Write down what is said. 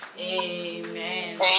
Amen